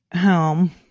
home